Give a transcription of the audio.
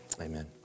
amen